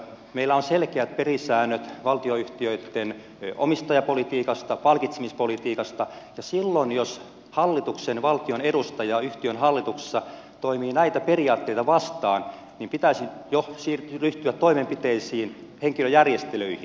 meillä on selkeät pelisäännöt valtionyhtiöitten omistajapolitiikasta palkitsemispolitiikasta ja silloin jos valtion edustaja yhtiön hallituksessa toimii näitä periaatteita vastaan pitäisi jo ryhtyä toimenpiteisiin henkilöjärjestelyihin